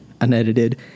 unedited